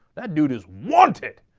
that dude is wanted.